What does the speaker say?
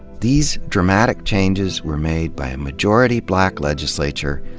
these dramatic changes were made by a majority black legislature,